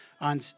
on